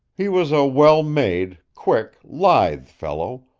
he was a well-made, quick, lithe fellow,